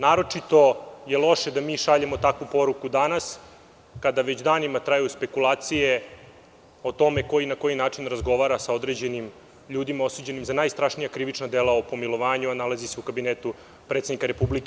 Naročito je loše da mi šaljemo takvu poruku danas, kada već danima traju spekulacije o tome ko i na koji način razgovara sa određenim ljudima osuđenim za najstrašnija krivična dela o pomilovanju, a nalazi se u kabinetu predsednika Republike.